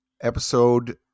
episode